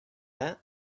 that